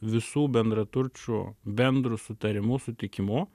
visų bendraturčių bendru sutarimu sutikimu